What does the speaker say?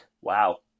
Wow